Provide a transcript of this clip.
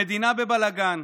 המדינה בבלגן,